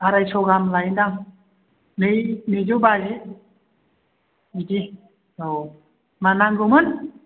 आरायस' गाहाम लायोदां नै नैजौ बाजि बिदि औ मा नांगौमोन